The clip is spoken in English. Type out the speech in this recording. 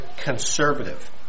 conservative